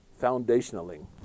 Foundationaling